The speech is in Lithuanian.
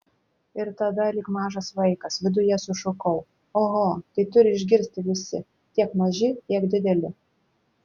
ir tada lyg mažas vaikas viduje sušukau oho tai turi išgirsti visi tiek maži tiek dideli